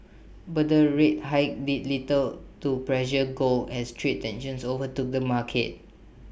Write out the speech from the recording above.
but the rate hike did little to pressure gold has trade tensions overtook the market